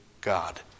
God